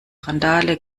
randale